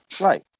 Right